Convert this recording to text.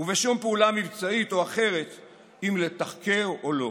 ובשום פעולה מבצעית או אחרת, אם לתחקר או לא.